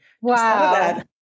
Wow